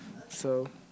so